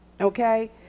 Okay